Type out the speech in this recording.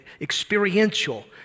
experiential